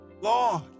Lord